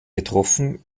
getroffen